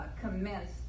commence